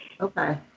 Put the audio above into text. Okay